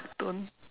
don't